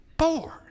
bored